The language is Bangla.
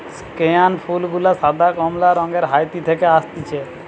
স্কেয়ান ফুল গুলা সাদা, কমলা রঙের হাইতি থেকে অসতিছে